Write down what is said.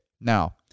now